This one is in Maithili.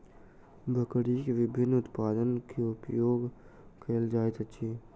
बकरीक विभिन्न उत्पाद के उपयोग कयल जाइत अछि